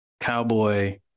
Cowboy